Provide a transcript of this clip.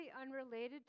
unrelated